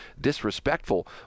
disrespectful